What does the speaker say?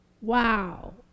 Wow